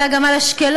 אלא גם על אשקלון,